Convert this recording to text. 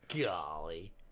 golly